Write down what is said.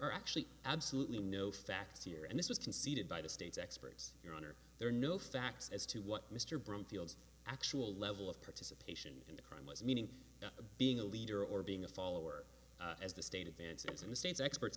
are actually absolutely no facts here and this was conceded by the state's experts your honor there are no facts as to what mr broomfield actual level of participant a crime was meaning being a leader or being a follower as the state advances in the state's expert